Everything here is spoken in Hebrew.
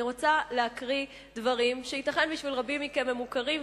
אני רוצה להקריא דברים שייתכן שלרבים מכם הם מוכרים,